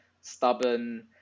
stubborn